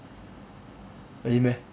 really meh